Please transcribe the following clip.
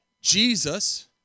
Jesus